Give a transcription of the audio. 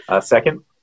Second